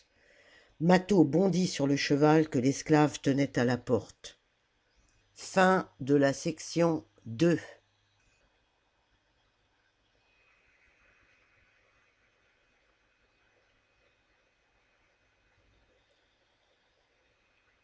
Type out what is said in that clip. mâtho bondit sur le cheval que l'esclave tenait à la porte iii